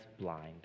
blind